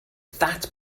that